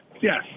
Yes